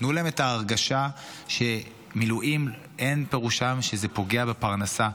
תנו להם את ההרגשה שמילואים אין פירושם פגיעה בפרנסה.